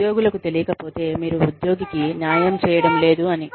ఉద్యోగులు కు తెలియకపోతే మీరు ఉద్యోగికి న్యాయం చేయడం లేదు అని